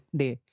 day